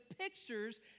pictures